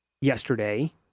yesterday